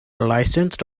licensed